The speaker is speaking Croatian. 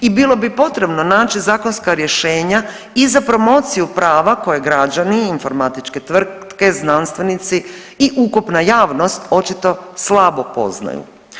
I bilo bi potrebno naći zakonska rješenja i za promociju prava koje građani i informatičke tvrtke, znanstvenici i ukupna javnost očito slabo poznaju.